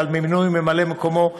ועל מינוי ממלא-מקומו,